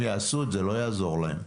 הם יעשו את זה, לא יעזור להם,